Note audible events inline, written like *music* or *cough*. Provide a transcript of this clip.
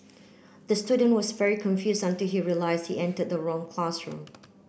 *noise* the student was very confused until he realised he entered the wrong classroom